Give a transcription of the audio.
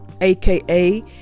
aka